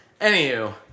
Anywho